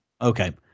okay